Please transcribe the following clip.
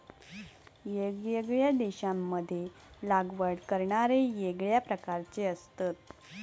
येगयेगळ्या देशांमध्ये लागवड करणारे येगळ्या प्रकारचे असतत